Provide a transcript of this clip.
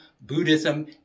Buddhism